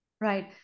Right